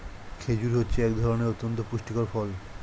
খেজুর হচ্ছে এক ধরনের অতন্ত পুষ্টিকর ফল